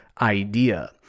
idea